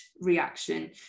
reaction